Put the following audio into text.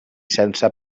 sense